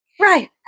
right